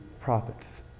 prophets